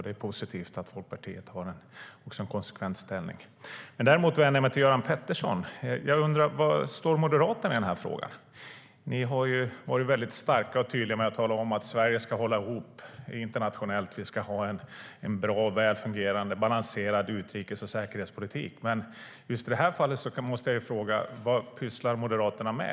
Det är positivt att Folkpartiet har en konsekvent ställning. Jag vill vända mig till Göran Pettersson. Var står Moderaterna i den här frågan? Ni har varit väldigt starka och tydliga med att tala om att Sverige ska ihop internationellt. Vi ska ha en bra, väl fungerande och balanserad utrikes och säkerhetspolitik. Just i det här fallet måste jag fråga: Vad pysslar Moderaterna med?